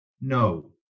no